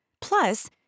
Plus